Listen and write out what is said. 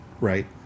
Right